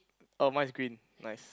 oh mine is green nice